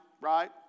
right